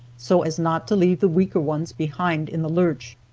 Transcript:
so as not to leave the weaker ones behind in the lurch.